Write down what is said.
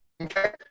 Okay